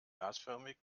gasförmig